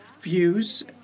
views